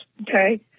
Okay